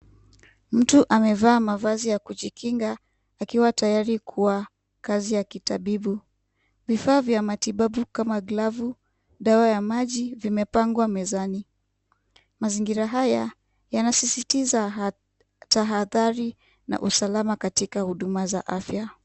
Mtu amevaa mavazi ya kujikinga, akiwa tayari kwa kazi ya kitabibu. Vifaa vya matibabu kama glove , dawa ya maji, vimepangwa mezani. Mazingira haya yanasisitiza haa, tahadhari na usalama katika huduma za afya.